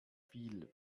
viel